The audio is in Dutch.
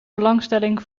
belangstelling